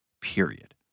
period